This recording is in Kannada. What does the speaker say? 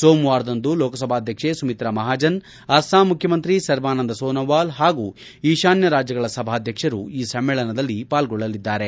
ಸೋಮವಾರದಂದು ಲೋಕಸಭಾಧ್ಯಕ್ಷ್ವೆ ಸುಮಿತ್ರಾ ಮಹಾಜನ್ ಅಸ್ಟಾಂ ಮುಖ್ಯಮಂತ್ರಿ ಸರ್ಬಾನಂದ್ ಸೋನಾವಾಲ್ ಹಾಗೂ ಈಶಾನ್ಯ ರಾಜ್ಯಗಳ ಸಭಾಧ್ಯಕ್ಷರು ಈ ಸಮ್ಮೇಳನದಲ್ಲಿ ಪಾಲ್ಗೊಳ್ಳಲಿದ್ದಾರೆ